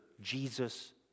Jesus